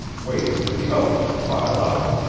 waiting for the others to file out,